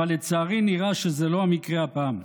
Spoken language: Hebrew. אבל לצערי נראה שזה לא המקרה הפעם.